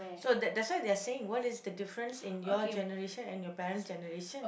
so that that's why they are saying what is the difference in your generation and your parent's generation